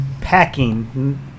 packing